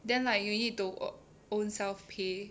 then like you need to own~ own self pay